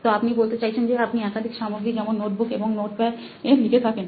তো আপনি বলতে চাইছেন যে আপনি একাধিক সামগ্রী যেমন নোটবুক এবং নোটপ্যাড এ লেখেন